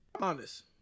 honest